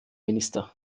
minister